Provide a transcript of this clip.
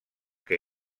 que